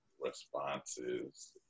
responses